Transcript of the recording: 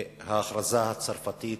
וההכרזה הצרפתית